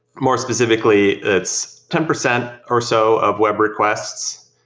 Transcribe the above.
more specifically, its ten percent or so of web requests.